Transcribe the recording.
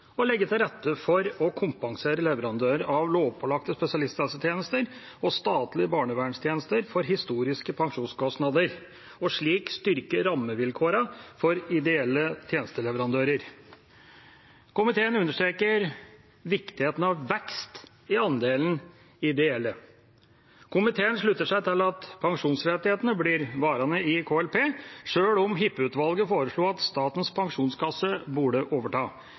å legge til rette for å kompensere leverandører av lovpålagte spesialisthelsetjenester og statlige barnevernstjenester for historiske pensjonskostnader og slik styrke rammevilkårene for ideelle tjenesteleverandører. Komiteen understreker viktigheten av vekst i andelen ideelle. Komiteen slutter seg til at pensjonsrettighetene blir værende i KLP, selv om Hippe-utvalget foreslo at Statens pensjonskasse burde overta.